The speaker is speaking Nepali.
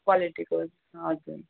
क्वालिटीको हजुर